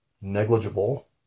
negligible